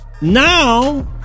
Now